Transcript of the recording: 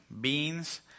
beans